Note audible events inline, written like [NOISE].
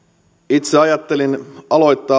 itse ajattelin aloittaa [UNINTELLIGIBLE]